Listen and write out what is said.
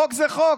חוק זה חוק.